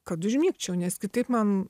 kad užmigčiau nes kitaip man